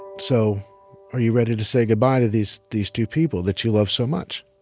so are you ready to say goodbye to these these two people that you love so much?